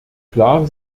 klar